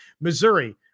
Missouri